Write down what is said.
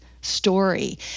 story